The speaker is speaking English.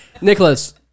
Nicholas